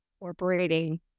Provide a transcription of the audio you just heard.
incorporating